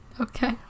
Okay